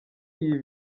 iyi